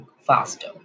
faster